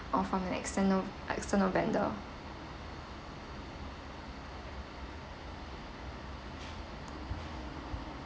or from the external external vendor